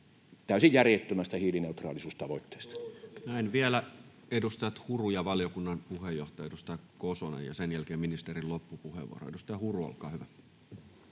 täysin järjettömästä 2035-hiilineutraalisuustavoitteesta? Näin. Vielä edustajat Huru ja valiokunnan puheenjohtaja, edustaja Kosonen, ja sen jälkeen ministerin loppupuheenvuoro. — Edustaja Huru, olkaa hyvä.